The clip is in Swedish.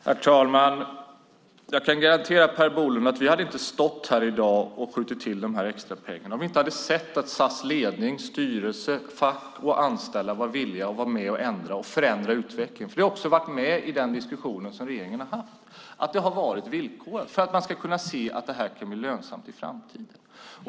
Herr talman! Jag kan garantera Per Bolund att vi inte hade stått här i dag och skjutit till de extra pengarna om vi inte hade sett att SAS ledning, styrelse, fack och anställda har varit villiga att vara med och ändra och förändra utvecklingen. Det har också varit med i den diskussion som regeringen har haft att det har varit villkorat för att man ska kunna se att det kan bli lönsamt i framtiden.